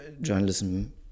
journalism